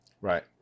Right